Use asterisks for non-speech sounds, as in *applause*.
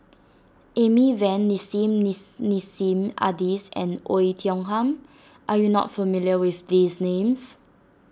Amy Van Nissim *unintelligible* Nassim Adis and Oei Tiong Ham are you not familiar with these names